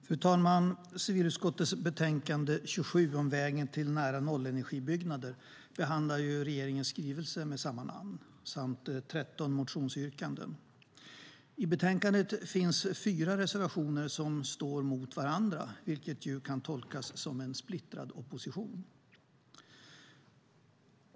Fru talman! I civilutskottets betänkande 27 Vägen till nära-nollenergibyggnader behandlas regeringens skrivelse med samma namn samt 13 motionsyrkanden. I betänkandet finns fyra reservationer som står mot varandra, vilket kan tolkas som en splittrad opposition.